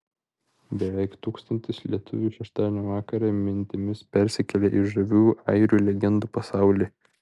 beveik tūkstantis lietuvių šeštadienio vakarą mintimis persikėlė į žavių airių legendų pasaulį